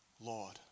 Lord